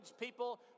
people